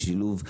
ושילוב,